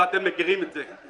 ואתם מכירים את זה.